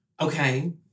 Okay